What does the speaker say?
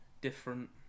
Different